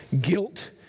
Guilt